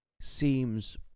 seems